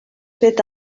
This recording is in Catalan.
fet